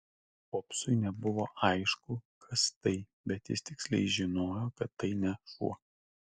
popsui nebuvo aišku kas tai bet jis tiksliai žinojo kad tai ne šuo